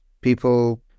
people